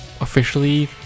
officially